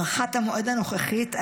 דחיית המועד הנוכחית,